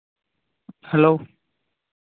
hello